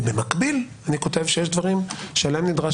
ובמקביל אני כותב שיש דברים שלהם נדרש